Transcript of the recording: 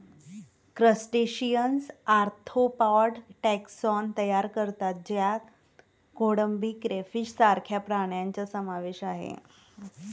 crustaceans arthropod taxon तयार करतात ज्यात कोळंबी, क्रेफिश सारख्या प्राण्यांचा समावेश आहे